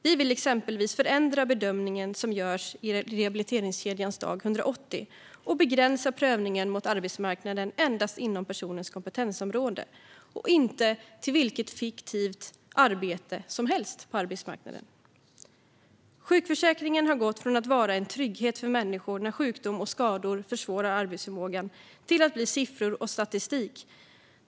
Vi vill exempelvis förändra bedömningen som görs i rehabiliteringskedjans dag 180 och begränsa prövningen mot arbetsmarknaden till att göras endast inom personens kompetensområde och inte mot vilket fiktivt arbete som helst. Sjukförsäkringen har gått från att vara en trygghet för människor när sjukdom och skador försvårar arbete till att bli siffror och statistik.